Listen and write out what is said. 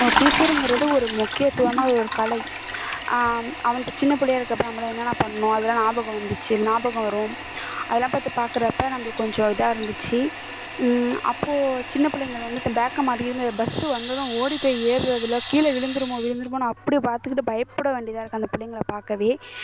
நான் ஒரு டீச்சருங்கிறது ஒரு முக்கியத்துவமாக ஒரு கலை அந்த சின்ன பிள்ளையா இருக்கிறப்ப நம்மள என்னென்ன பண்ணோம் அதெல்லாம் ஞாபகம் வந்துச்சு ஞாபகம் வரும் அதெல்லாம் பார்த்து பார்க்குறப்ப நம்மளுக்கு கொஞ்சம் இதாக இருந்துச்சு அப்போது சின்ன பிள்ளைங்கள் வந்து இந்த பேக் மாட்டிக்கிட்டு இந்த பஸ்ஸு வந்ததும் ஓடி போய் ஏறுறதுல கீழே விழுந்துருமோ விழுந்துடுமோன்னு அப்படி பார்த்துக்கிட்டு பயப்பட வேண்டியதாக இருக்குது அந்த பிள்ளைங்கள பார்க்கவே